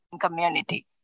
community